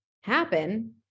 happen